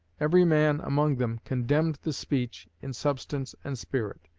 every man among them condemned the speech in substance and spirit,